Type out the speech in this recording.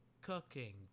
cooking